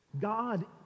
God